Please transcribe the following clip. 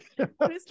Mr